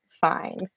fine